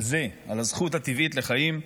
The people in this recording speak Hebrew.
על זה, על הזכות הטבעית לחיים.